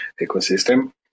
ecosystem